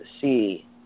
see